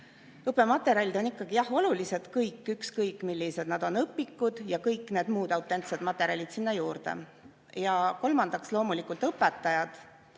õppematerjalid olulised, ükskõik, millised nad on – õpikud ja kõik need muud autentsed materjalid sinna juurde. Ja kolmandaks, loomulikult õpetajad.